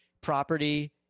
property